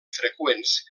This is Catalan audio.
freqüents